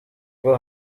bwo